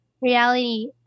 reality